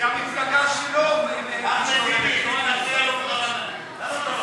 זאת המפלגה שלו משתוללת, לא אני.